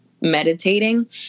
meditating